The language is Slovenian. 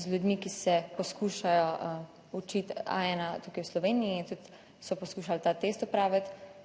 z ljudmi, ki se poskušajo učiti A1 tukaj v Sloveniji in tudi so poskušali ta test opraviti,